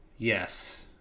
Yes